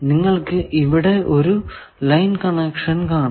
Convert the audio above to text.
നിങ്ങൾക്കു ഇവിടെ ഒരു ലൈൻ കണക്ഷൻ കാണാം